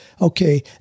okay